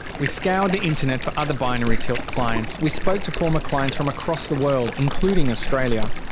we scoured the internet for other binary tilt clients. we spoke to former clients from across the world, including australia.